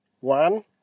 One